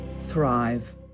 thrive